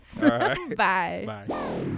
bye